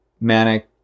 manic